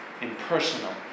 impersonal